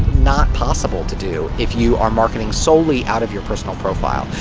not possible to do if you are marketing solely out of your personal profile.